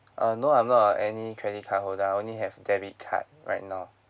uh no I'm not a any credit card holder I only have debit card right now